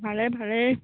ভালেই ভালেই